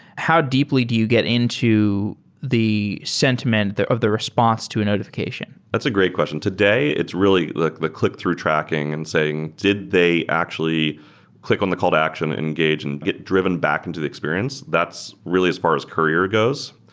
how deeply do you get into the sentiment of the response to a notifi cation? that's a great question. today, it's really like the clickthrough tracking and saying, did they actually click on the call to action engage and get driven back into the experience? that's really far as courier goes.